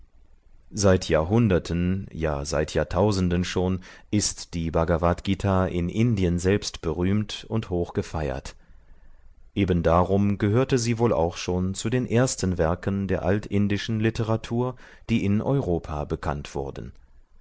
seit jahrhunderten ja seit jahrtausenden schon ist die bhagavadgt in indien selbst berühmt und hoch gefeiert ebendarum gehörte sie wohl auch schon zu den ersten werken der altindischen literatur die in europa bekannt wurden